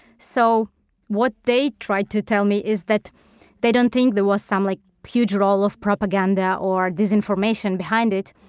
so what they tried to tell me is that they don't think there was some like huge role of propaganda or disinformation behind it.